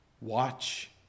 Watch